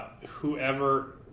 whoever